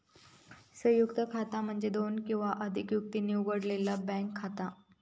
संयुक्त खाता म्हणजे दोन किंवा अधिक व्यक्तींनी उघडलेला बँक खाता